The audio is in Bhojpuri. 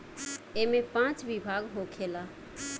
ऐइमे पाँच विभाग होखेला